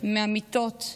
מהמיטות,